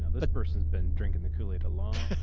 this person's been drinking the koolaid alone,